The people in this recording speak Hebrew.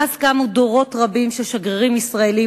מאז קמו דורות רבים של שגרירים ישראלים